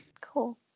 Cool